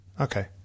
Okay